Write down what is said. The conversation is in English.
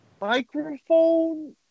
microphone